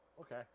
Okay